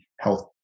health